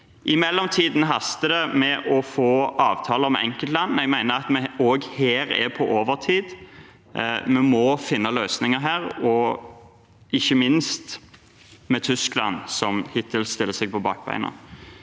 I mellomtiden haster det med å få avtaler med enkeltland, og jeg mener vi også her er på overtid. Vi må finne løsninger her, ikke minst med Tyskland, som hittil har satt seg på bakbeina.